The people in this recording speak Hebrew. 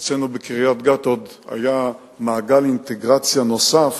אצלנו בקריית-גת עוד היה מעגל אינטגרציה נוסף,